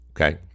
okay